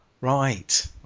Right